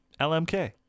LMK